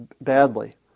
badly